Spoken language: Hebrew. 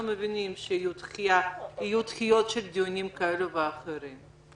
מבינים שיהיו דחיות של דיונים כאלה ואחרים?